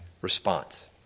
response